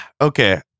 Okay